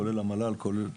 כולל המל"ל וכולי.